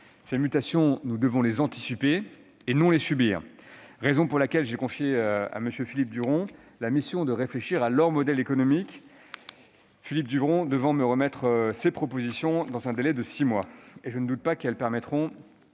Ces mutations, nous devons les anticiper et non les subir. C'est pourquoi j'ai confié à Philippe Duron la mission de réfléchir à leur modèle économique. Il doit me remettre ses propositions dans six mois. Je ne doute pas qu'elles nous permettront